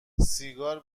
سیگار